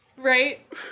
Right